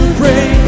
break